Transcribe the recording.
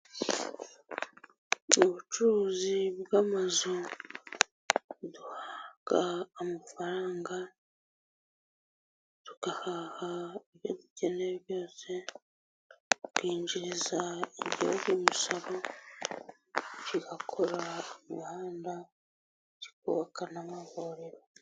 Mu bucuruzi bw'amazu duhabwa amafaranga tugahaha ibyo dukenewe byose, twinjiriza igihugu y'umusoro bigakora imihanda kikubaka n'amavuriro.